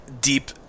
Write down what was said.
deep